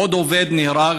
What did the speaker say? עוד עובד נהרג,